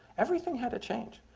everything had to change.